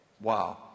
Wow